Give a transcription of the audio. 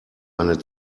eine